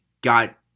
got –